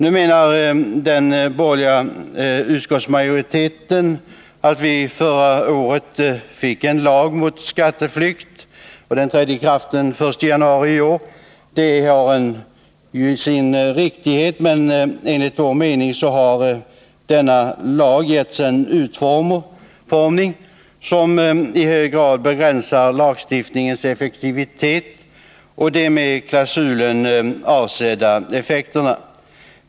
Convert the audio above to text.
Nu menar den borgerliga utskottsmajoriteten att vi ju förra året fick en lag mot skatteflykt. Den trädde i kraft den 1 januari i år. Detta har sin riktighet, men denna lag har enligt vår mening getts en utformning som i hög grad begränsar lagstiftningens effektivitet och de med klausulen avsedda effekterna.